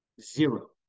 Zero